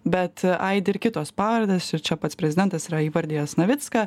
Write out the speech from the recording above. bet aidi ir kitos pavardės ir čia pats prezidentas yra įvardijęs navicką